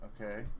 Okay